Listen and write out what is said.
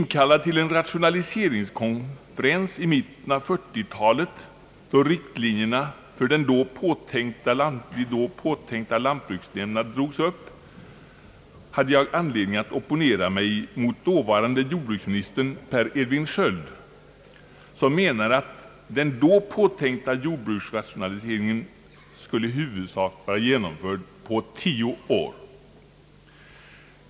Inkallad till en rationaliseringskonferens i mitten av 1940-talet, då riktlinjerna för de nya lantbruksnämnderna drogs upp, hade jag anledning att opponera mig mot dåvarande jordbruksministern Per Edvin Sköld, som ansåg att den då påtänkta jordbruksrationaliseringen i huvudsak skulle vara genomförd på tio år.